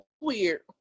weird